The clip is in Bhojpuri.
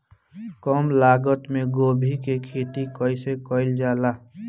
कम लागत मे गोभी की खेती कइसे कइल जाला?